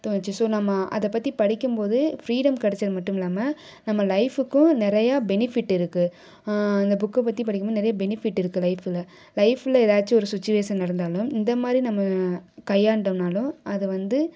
தோணுச்சு ஸோ நம்ம அதை பற்றி படிக்கும் போது ஃப்ரீடம் கிடைச்சது மட்டுமில்லாமல் நம்ம லைஃபுக்கும் நிறையா பெனிஃபிட் இருக்குது இந்த புக்கை பற்றி படிக்கும் போது நிறைய பெனிஃபிட் இருக்குது லைஃபில் லைஃபில் ஏதாச்சும் ஒரு சுச்சுவேசன் நடந்தாலும் இந்த மாதிரி நம்ம கையாண்டோம்னாலோ அதை வந்து